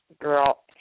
girl